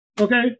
Okay